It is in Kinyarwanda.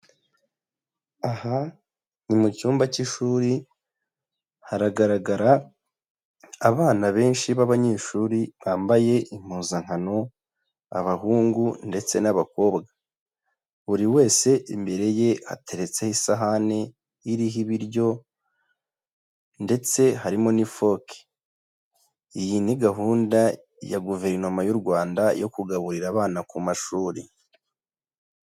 Aha ni mu cyumba cy'ishuri, haragaragara abana benshi b'abanyeshuri bambaye impuzankano, abahungu ndetse n'abakobwa. Buri wese imbere ye hateretseho isahani iriho ibiryo ndetse harimo n'ifoke. Iyi ni gahunda ya guverinoma y'u Rwanda yo kugaburira abana ku mashuri.